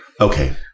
Okay